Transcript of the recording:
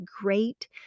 great